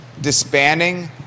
disbanding